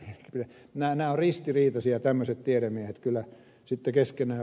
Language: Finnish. nämä ovat ristiriitaisia tämmöiset tiedemiehet kyllä sitten keskenään